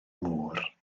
môr